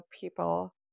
people